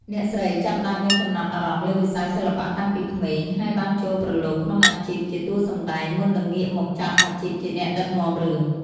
អ្នកស្រីចាប់ផ្ដើមមានចំណាប់អារម្មណ៍លើវិស័យសិល្បៈតាំងពីក្មេង ហើយបានចូលប្រឡូកក្នុងអាជីពជាតួសម្តែងមុននឹងងាកមកចាប់អាជីពជាអ្នកដឹកនាំរឿង។